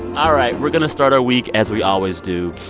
all right. we're going to start our week as we always do.